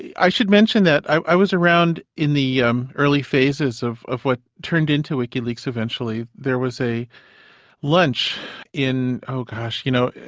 i should mention that i was around in the um early phases of of what turned into wikileaks eventually. there was a lunch in oh gosh, you know,